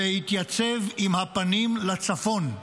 להתייצב עם הפנים לצפון,